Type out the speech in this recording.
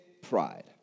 pride